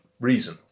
reason